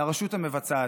לרשות המבצעת.